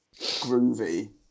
groovy